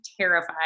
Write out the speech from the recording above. terrified